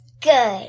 Good